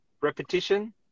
repetition